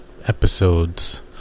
episodes